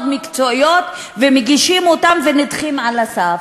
מקצועיות ומגישים אותן ונדחים על הסף,